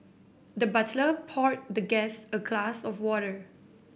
the butler poured the guest a glass of water